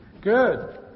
Good